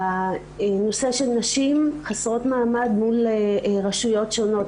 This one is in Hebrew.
הנושא של נשים חסרות מעמד מול רשויות שונות,